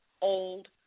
old